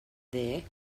there